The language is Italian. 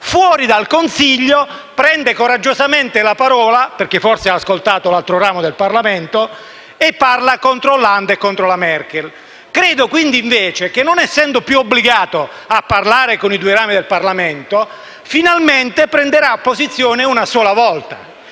fuori dal Consiglio, prende coraggiosamente la parola, perché forse ha ascoltato l'altro ramo del Parlamento, e parla contro Hollande e contro la Merkel. Credo quindi che, non essendo più obbligato a parlare con i due rami del Parlamento, finalmente prenderà posizione una sola volta.